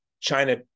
China